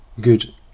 good